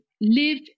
live